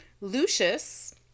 Lucius